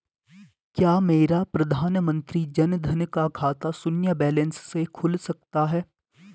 क्या मेरा प्रधानमंत्री जन धन का खाता शून्य बैलेंस से खुल सकता है?